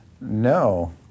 No